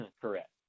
Correct